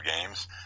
games